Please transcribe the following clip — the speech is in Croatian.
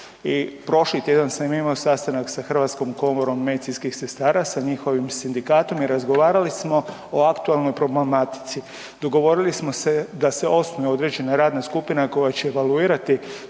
prošli tjedan sam imao sastanak sa Hrvatskom komorom medicinskih sestara sa njihovim sindikatom i razgovarali smo o aktualnoj problematici. Dogovorili smo se da se osnuje određena radna skupina koja će evaluirati